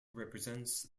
represents